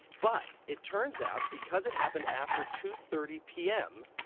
but it turns out, because it happened after two thirty p m,